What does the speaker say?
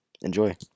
enjoy